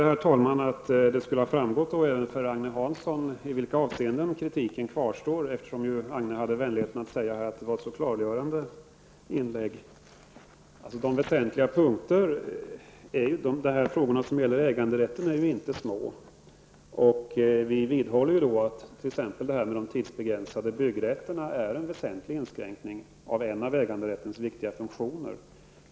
Herr talman! Jag hade hoppats att det skulle ha framgått även för Agne Hansson i vilka avseenden kritiken kvarstår, eftersom han hade vänligheten att säga att inlägget var så klargörande. Det gäller väsentliga punkter. Frågorna som gäller äganderätten är inte små. Vi vidhåller att t.ex. de tidsbegränsade byggrätterna utgör en väsentlig inskränkning av en av äganderättens viktiga funktioner.